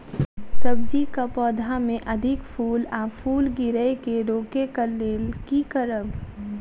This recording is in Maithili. सब्जी कऽ पौधा मे अधिक फूल आ फूल गिरय केँ रोकय कऽ लेल की करब?